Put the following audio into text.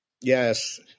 yes